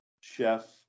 Chef